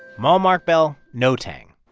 malmark bell, no tang